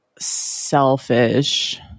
selfish